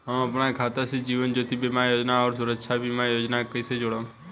हम अपना खाता से जीवन ज्योति बीमा योजना आउर सुरक्षा बीमा योजना के कैसे जोड़म?